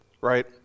right